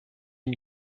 une